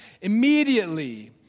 Immediately